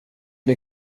mig